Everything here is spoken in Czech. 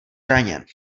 raněn